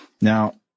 Now